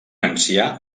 ancià